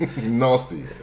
nasty